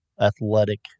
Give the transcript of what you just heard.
athletic